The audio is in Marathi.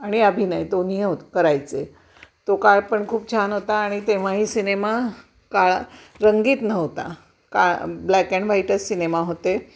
आणि अभिनय दोन्हीही होत करायचे तो काळ पण खूप छान होता आणि तेव्हाही सिनेमा काळा रंगीत नव्हता काळा ब्लॅक अँड व्हाईटच सिनेमा होते